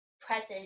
present